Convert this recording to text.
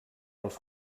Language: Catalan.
pels